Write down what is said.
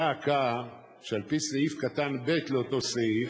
דא עקא, שעל-פי סעיף קטן (ב) לאותו סעיף,